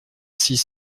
six